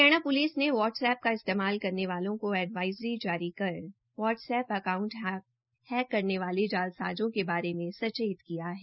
Haryana police ने WhatsApp का इस्तेमाल करने वालों को एडवाइज़री जारी कर व्हाट्स एप्प अकाउंट हैक करने वालो जालसाज़ों के बारे में सचेत किया है